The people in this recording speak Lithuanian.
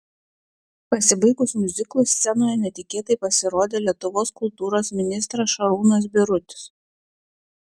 pasibaigus miuziklui scenoje netikėtai pasirodė lietuvos kultūros ministras šarūnas birutis